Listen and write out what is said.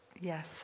Yes